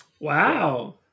Wow